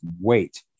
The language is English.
wait